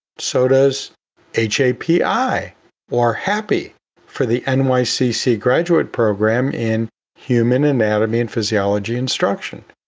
so does h a p i or hapi for the and nycc graduate program in human anatomy and physiology instruction.